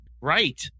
right